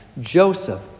Joseph